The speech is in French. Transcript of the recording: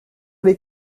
les